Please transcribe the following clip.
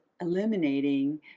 eliminating